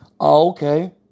okay